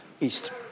East